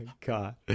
god